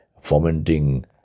fomenting